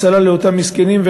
הצלה לאותם מסכנים.